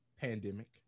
pandemic